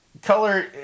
Color